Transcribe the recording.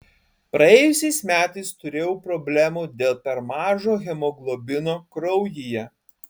praėjusiais metais turėjau problemų dėl per mažo hemoglobino kraujyje